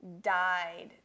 died